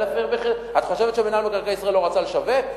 את חושבת שמינהל מקרקעי ישראל לא רצה לשווק?